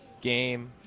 game